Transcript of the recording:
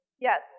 yes